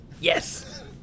Yes